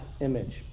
image